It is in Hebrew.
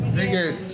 נגד?